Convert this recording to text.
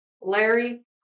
Larry